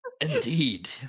Indeed